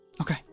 Okay